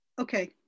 okay